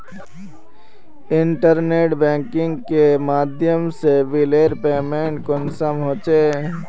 Internet banking के माध्यम से बिलेर पेमेंट कुंसम होचे?